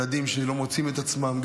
ילדים שלא מוצאים את עצמם.